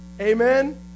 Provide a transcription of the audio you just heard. Amen